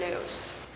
news